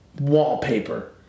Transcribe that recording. wallpaper